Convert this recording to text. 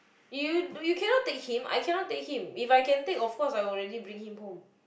you you cannot take him I cannot take him If I can take of course I will already bring him home